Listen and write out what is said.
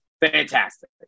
Fantastic